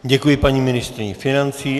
Děkuji paní ministryni financí.